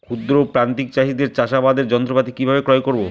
ক্ষুদ্র প্রান্তিক চাষীদের চাষাবাদের যন্ত্রপাতি কিভাবে ক্রয় করব?